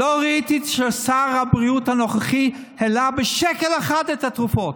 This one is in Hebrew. לא ראיתי ששר הבריאות הנוכחי העלה בשקל אחד את התרופות.